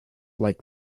like